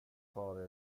tar